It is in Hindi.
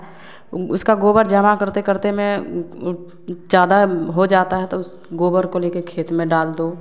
उसका गोबर जमा करते करते में ज़्यादा हो जाता है तो उस गोबर को ले कर खेत में डाल दो